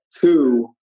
two